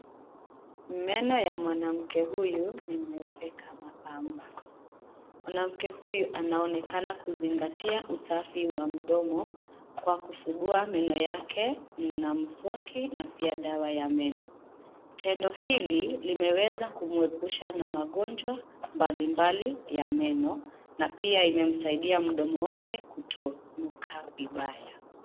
Meno ya mwanamke huyu ni meupe kama pamba. Mwanamke huyu anaonekana kuzingatia usafi wa mdomo kwa kusugua meno yake na mswaki na pia dawa ya meno. Tendo hili limeweza kumwepusha na magonjwa mbalimbali ya meno na pia imemsaidia mdomo wake kutonuka vibaya.